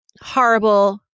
horrible